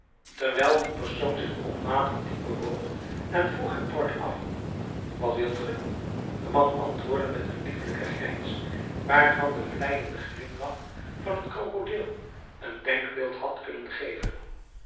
terwijl die persoon zich onmatig diep bewoog en vroeg hem kortaf wat wilt gij de man antwoordde met een liefelijken grijns waarvan de vleiende glimlach van een krokodil een denkbeeld had kunnen geven